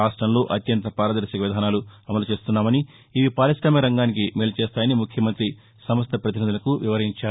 రాష్టంలో అత్యంత పారదర్శక విధానాలు అమలు చేస్తున్నామని ఇవి పార్కామిక రంగానికి మేలు చేస్తాయని ముఖ్యమంత్రి సంస్థ పతినిధులకు వివరించారు